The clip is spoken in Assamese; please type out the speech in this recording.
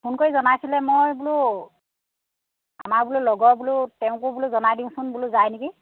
ফোন কৰি জনাইছিলে মই বোলো আমাৰ লগৰ বোলো তেওঁকো বোলো জনাই দিওঁচোন বোলো যায় নেকি